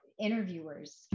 interviewers